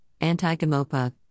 Anti-Gamopa